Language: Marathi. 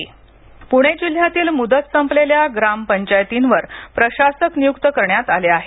ग्रामपंचायत प्रशासक पुणे जिल्ह्यातील मुदत संपलेल्या ग्रामपंचायतींवर प्रशासक नियुक्त करण्यात आले आहेत